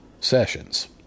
sessions